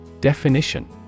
Definition